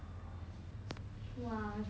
oh my god